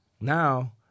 Now